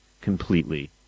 completely